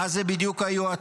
מה זה בדיוק היועצים?